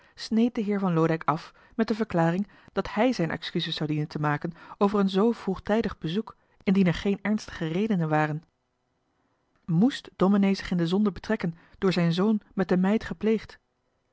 de heer van loodijck af met de verklaring dat hij zijn excuses zou dienen te maken over een zoo vroegtijdig bezoek indien er geen ernstige redenen waren mest domenee zich in de zonde betrekken door zijn zoon met de meid gepleegd